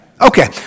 Okay